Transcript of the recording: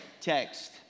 text